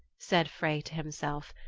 said frey to himself,